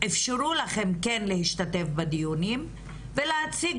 אפשרו לכם כן להשתתף בדיונים ולהציג